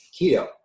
keto